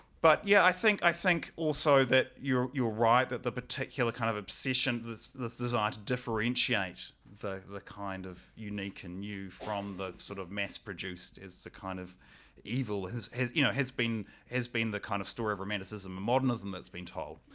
but yeah i think think also that you're you're right that the particular kind of obsession, the desire to differentiate the the kind of unique and new from the sort of mass-produced is the kind of evil has has you know, has been has been the kind of story of romanticism and modernism that's been told.